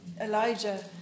Elijah